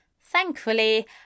Thankfully